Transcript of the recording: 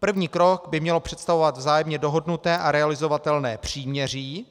První krok by mělo představovat vzájemně dohodnuté a realizovatelné příměří,